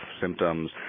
symptoms